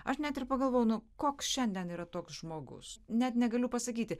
aš net ir pagalvojau nu koks šiandien yra toks žmogus net negaliu pasakyti